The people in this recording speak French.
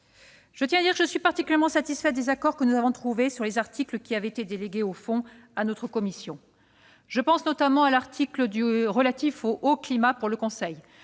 Je tiens à le dire, je suis particulièrement satisfaite des accords que nous avons trouvés sur les articles qui avaient été délégués au fond à notre commission. Je pense notamment à l'article relatif au Haut Conseil pour le climat,